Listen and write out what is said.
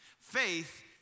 Faith